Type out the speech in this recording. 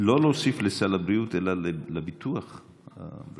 לא להוסיף לסל הבריאות אלא לביטוח הבריאות.